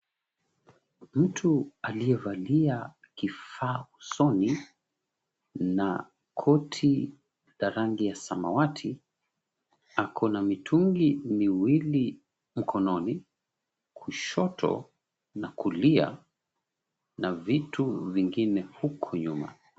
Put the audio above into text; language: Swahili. Mtu aliyevalia kifaa usoni, na koti la rangi ya samawati, ako na mitungi miwili mkononi, kushoto na kulia, na vitu vingine huku nyuma.